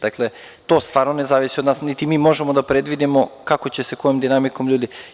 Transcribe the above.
Dakle, to stvarno ne zavisi od nas niti mi možemo da predvidimo kako će se kojom dinamikom ljudi…